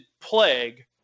plague